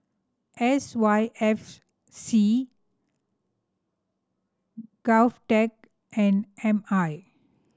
S Y F C GovTech and M I